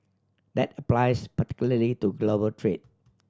that applies particularly to global trade